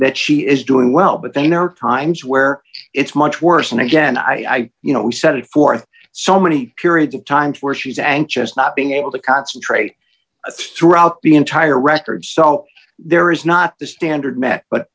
that she is doing well but then there are times where it's much worse and again i you know we set it forth so many periods of times where she's anxious not being able to concentrate throughout the entire record so there is not the standard met but